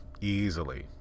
easily